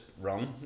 run